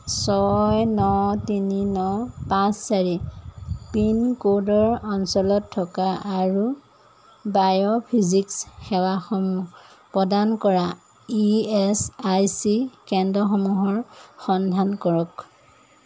ছয় ন তিনি ন পাঁচ চাৰি পিনক'ডৰ অঞ্চলত থকা আৰু বায়'ফিজিক্স সেৱাসমূহ প্ৰদান কৰা ই এছ আই চি কেন্দ্ৰসমূহৰ সন্ধান কৰক